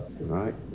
right